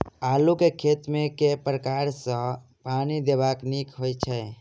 आलु केँ खेत मे केँ प्रकार सँ पानि देबाक नीक होइ छै?